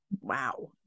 Wow